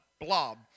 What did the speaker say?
Blob